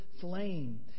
flame